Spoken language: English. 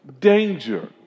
danger